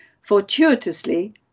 Fortuitously